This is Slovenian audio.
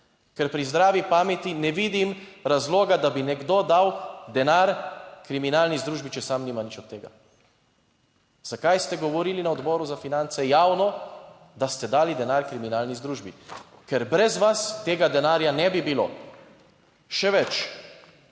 ker pri zdravi pameti ne vidim razloga, da bi nekdo dal denar kriminalni združbi, če sam nima nič od tega. Zakaj ste govorili na Odboru za finance javno, da ste dali denar kriminalni združbi? Ker brez vas tega denarja ne bi bilo. Še več,